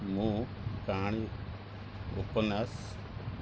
ମୁଁ ପ୍ରାୟ ଉପନ୍ୟାସ